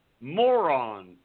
moron